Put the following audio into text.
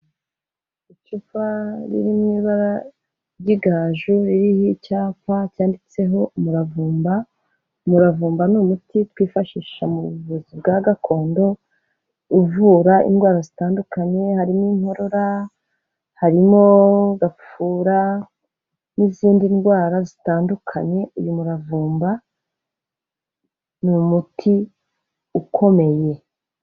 Icupa riri mu ibara ry'igaju ririho icyapa cyanditseho umuravumba, umuravumba ni umuti twifashisha mu buvuzi bwa gakondo uvura indwara zitandukanye, harimo inkorora, harimo gapfura n'izindi ndwara zitandukanye, uyu muravumba ni umuti ukomeye.